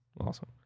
Awesome